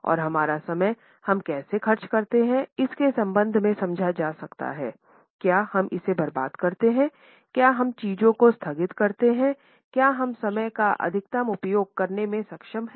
और हमारा समय हम कैसे खर्च करते हैं इसके संदर्भ में समझा जा सकता है क्या हम इसे बर्बाद करते हैं क्या हम चीजों को स्थगित करते हैं क्या हम समय का अधिकतम उपयोग करने में सक्षम हैं